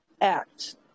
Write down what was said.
act